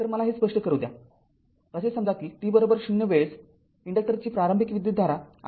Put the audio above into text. तर मला हे स्पष्ट करू द्या असे समजा कि t० वेळेस इन्डक्टरची प्रारंभिक विद्युतधारा I0आहे